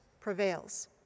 prevails